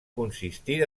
consistir